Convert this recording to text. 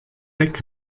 deck